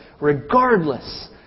regardless